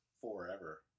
Forever